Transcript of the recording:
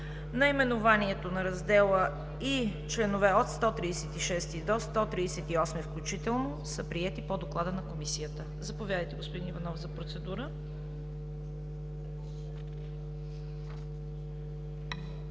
Наименованието на Раздел ΙV и членове от 136 до 138 включително са приети по Доклада на Комисията. Заповядайте за процедура,